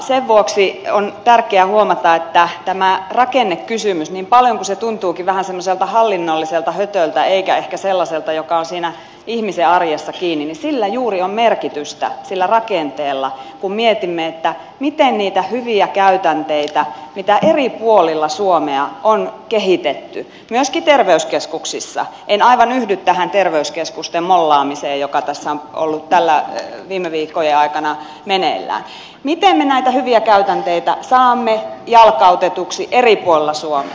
sen vuoksi on tärkeää huomata niin paljon kuin tämä rakennekysymys tuntuukin vähän semmoiselta hallinnolliselta hötöltä eikä ehkä sellaiselta asialta joka on siinä ihmisen arjessa kiinni että sillä rakenteella juuri on merkitystä kun mietimme miten me näitä hyviä käytänteitä mitä eri puolilla suomea on kehitetty myöskin terveyskeskuksissa en aivan yhdy tähän terveyskeskusten mollaamiseen joka tässä on ollut täällä viime viikkojen aikana meneillään saamme jalkautetuksi eri puolilla suomea